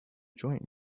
joint